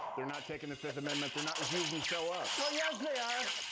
they're not taking the fifth amendment. they're not refusing to show up. oh yes, they are.